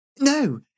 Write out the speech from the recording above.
No